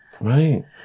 Right